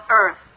earth